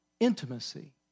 Intimacy